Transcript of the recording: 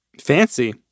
Fancy